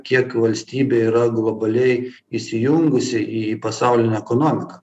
kiek valstybė yra globaliai įsijungusi į pasaulinę ekonomiką